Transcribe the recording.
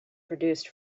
produced